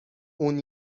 اون